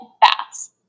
baths